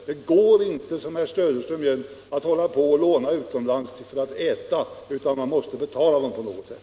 Det går inte att, som herr Söderström vill, hålla på och låna utomlands för att kunna äta, utan man måste betala på något sätt.